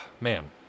man